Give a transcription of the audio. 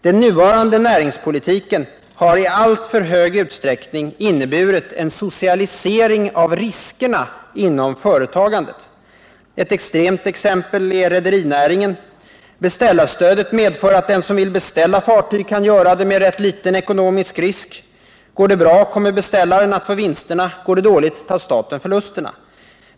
Den nuvarande näringspolitiken har i alltför stor utsträckning inneburit en socialisering av riskerna inom företagandet. Ett extremt exempel är rederinäringen. Beställarstödet medför att den som vill beställa fartyg kan göra det med rätt liten ekonomisk risk. Går det bra kommer beställaren att få vinsterna, går det dåligt tar staten förlusterna.